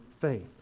faith